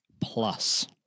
Plus